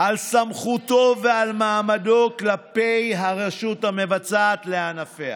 על סמכותו ועל מעמדו כלפי הרשות המבצעת לענפיה.